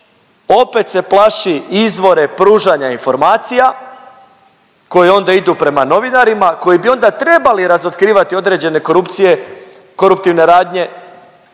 Opet se plaši izvore pružanja informacija koje onda idu prema novinarima, koji bi onda trebali razotkrivati određene korupcije, koruptivne radnje